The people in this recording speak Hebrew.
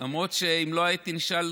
למרות שאם לא הייתי נשאל,